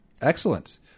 excellent